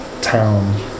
town